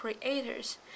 creators